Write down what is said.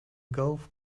golf